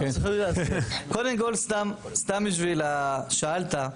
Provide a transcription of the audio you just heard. קודם כל שאלת,